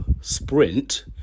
sprint